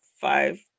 five